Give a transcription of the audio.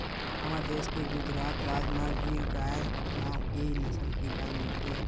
हमर देस के गुजरात राज म गीर गाय नांव के नसल के गाय मिलथे